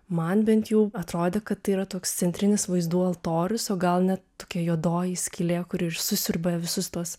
man bent jų atrodė kad tai yra toks centrinis vaizdų altorius o gal net tokia juodoji skylė kuri ir susiurbia visus tuos